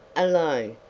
alone,